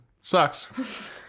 sucks